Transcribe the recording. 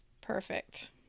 Perfect